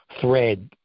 thread